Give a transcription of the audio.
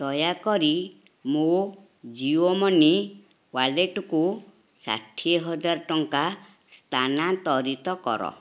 ଦୟାକରି ମୋ ଜିଓ ମନି ୱାଲେଟ୍କୁ ଷାଠିଏ ହଜାର ଟଙ୍କା ସ୍ଥାନାନ୍ତରିତ କର